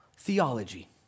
Theology